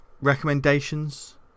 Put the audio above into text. recommendations